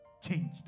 changed